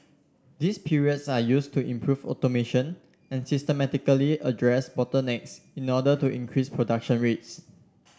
these periods are used to improve automation and systematically address bottlenecks in order to increase production rates